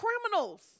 criminals